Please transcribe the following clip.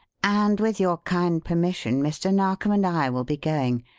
and with your kind permission mr. narkom and i will be going.